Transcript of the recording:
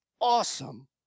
awesome